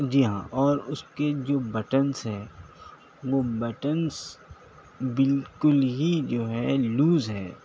جی ہاں اور اس کے جو بٹنس ہے وہ بٹنس بالکل ہی جو ہے لوز ہے